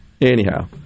Anyhow